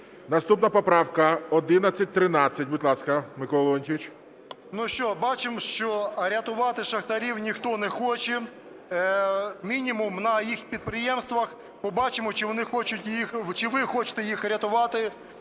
Наступна поправка 1113. Будь ласка, Михайло Леонтійович. 13:27:09 БОНДАР М.Л. Що, бачимо, що рятувати шахтарів ніхто не хоче, мінімум на їх підприємствах. Побачимо, чи ви хочете їх рятувати,